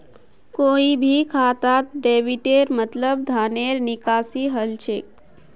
कोई भी खातात डेबिटेर मतलब धनेर निकासी हल छेक